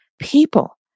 People